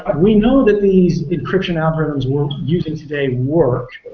ah we know that these encryption algorithms we're using today work.